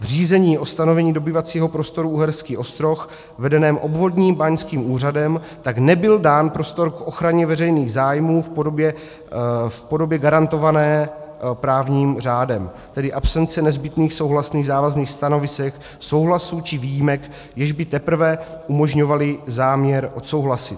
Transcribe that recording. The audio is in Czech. V řízení o stanovení dobývacího prostoru Uherský Ostroh vedeném obvodním báňským úřadem tak nebyl dán prostor k ochraně veřejných zájmů v podobě garantované právním řádem, tedy absence nezbytných souhlasných závazných stanovisek, souhlasů či výjimek, jež by teprve umožňovaly záměr odsouhlasit.